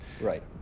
Right